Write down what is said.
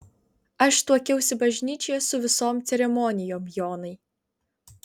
aš tuokiausi bažnyčioje su visom ceremonijom jonai